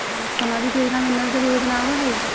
सामाजिक योजना में नल जल योजना आवहई?